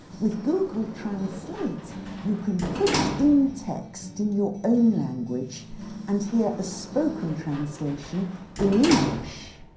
with google translate you can put in text in your own language and hear a spoken translation in english.